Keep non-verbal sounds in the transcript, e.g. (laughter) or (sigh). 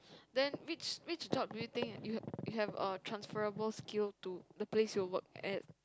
then which which job do you think you (noise) you have a transferable skill to the place you work at